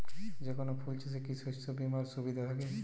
যেকোন ফুল চাষে কি শস্য বিমার সুবিধা থাকে?